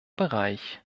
bereich